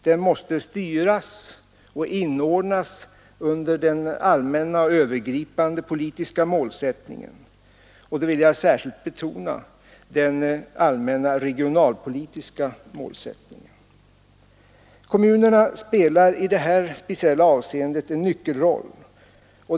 Den måste styras och inordnas under den allmänna och övergripande målsättningen och, det vill jag särskilt betona, den allmänna regionalpolitiska målsättningen. Kommunerna spelar i detta speciella avseende en nyckelroll.